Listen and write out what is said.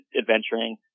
adventuring